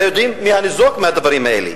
הרי יודעים מי הניזוק מהדברים האלה.